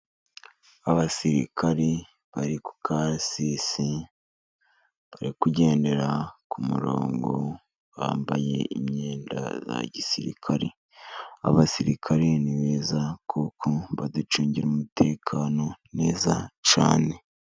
Abasirikari bari ku karasisi, bari kugendera ku murongo, bambaye imyenda ya gisirikare. Abasirikare ni beza, kuko baducungira umutekano neza cyane.